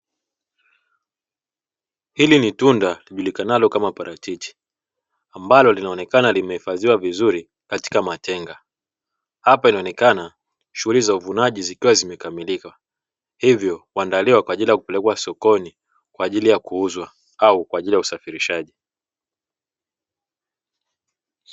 Hili ni tunda lijulikanalo kama parachichi ambalo linaonekana limehifadhiwa vizuri katika matenga, hapa inaonekana shughuli za uvunaji zikiwa zimekamilika hivyo, kuandaliwa kwa ajili ya kupelekwa sokoni kwa ajili ya kuuzwa au kwa ajili ya usafirishaji.